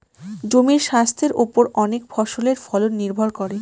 জমির স্বাস্থের ওপর অনেক ফসলের ফলন নির্ভর করে